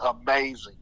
amazing